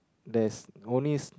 there's only